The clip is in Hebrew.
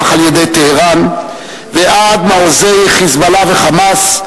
מטהרן ועד למעוזי "חיזבאללה" ו"חמאס",